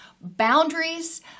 Boundaries